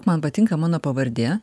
man patinka mano pavardė